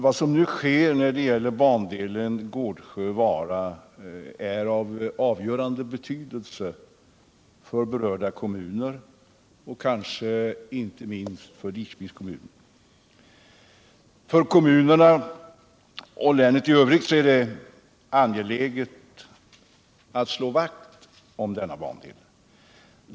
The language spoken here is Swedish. Vad som nu sker när det gäller bandelen Gårdsjö-Vara är av avgörande betydelse för berörda kommuner, kanske inte minst för Lidköpings kommun. För kommunerna och länet i övrigt är det angeläget att slå vakt om denna bandel.